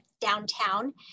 Downtown